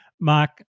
Mark